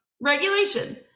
regulation